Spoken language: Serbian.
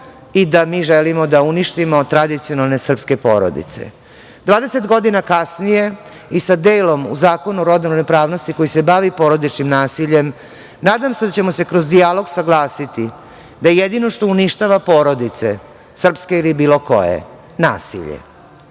i da mi želimo da uništimo tradicionalne srpske porodice. Dvadeset godina kasnije i sa delom u Zakonu o rodnoj ravnopravnosti koji se bavi porodičnim nasiljem nadam se da ćemo se kroz dijalog saglasiti da jedino što uništava porodice srpske ili bilo koje je nasilje.